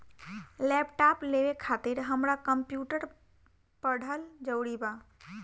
Laptop लेवे खातिर हमरा कम्प्युटर पढ़ल जरूरी बा?